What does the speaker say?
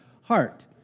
heart